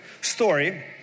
story